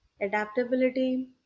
adaptability